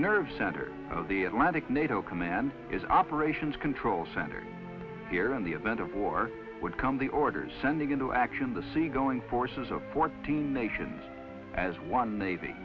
nerve center of the atlantic nato command is operations control center here in the event of war would come the orders sending into action the seagoing forces of fourteen nations as one navy